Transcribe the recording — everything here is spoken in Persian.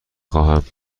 خواهم